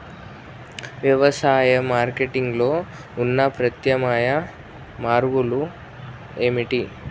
వ్యవసాయ మార్కెటింగ్ లో ఉన్న ప్రత్యామ్నాయ మార్గాలు ఏమిటి?